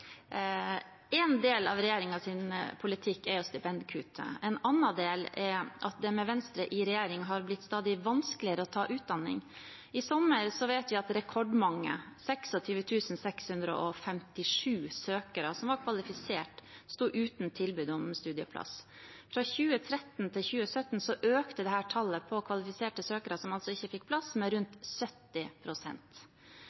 En del av regjeringens politikk er stipendkuttet. En annen del er at det med Venstre i regjering har blitt stadig vanskeligere å ta utdanning. I sommer vet vi at rekordmange, 26 657, søkere som var kvalifisert, sto uten tilbud om studieplass. Fra 2013 til 2017 økte dette tallet på kvalifiserte søkere som altså ikke fikk plass, med